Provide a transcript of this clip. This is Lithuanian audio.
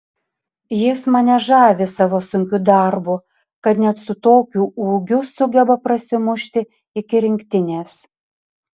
jis mane žavi savo sunkiu darbu kad net su tokiu ūgiu sugeba prasimušti iki rinktinės